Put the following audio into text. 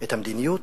את המדיניות,